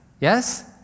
Yes